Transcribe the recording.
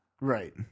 Right